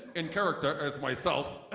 in character as myself,